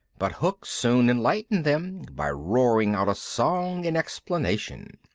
but hook soon enlightened them by roaring out a song in explanation.